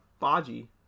baji